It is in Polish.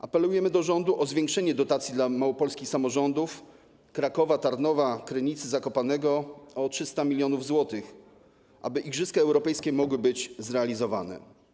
Apelujemy do rządu o zwiększenie dotacji dla małopolskich samorządów Krakowa, Tarnowa, Krynicy i Zakopanego o 300 mln zł po to, aby igrzyska europejskie mogły być zrealizowane.